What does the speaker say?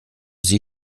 sie